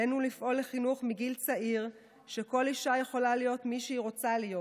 עלינו לפעול לחינוך מגיל צעיר שכל אישה יכולה להיות מי שהיא רוצה להיות,